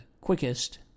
quickest